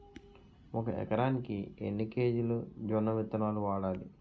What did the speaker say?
ఒక ఎకరానికి ఎన్ని కేజీలు జొన్నవిత్తనాలు వాడాలి?